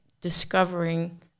discovering